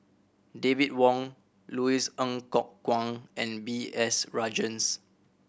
David Wong Louis Ng Kok Kwang and B S Rajhans